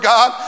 God